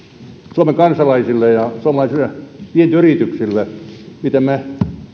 suomen kansalaisille ja suomalaisille vientiyrityksille että miten me